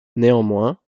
néanmoins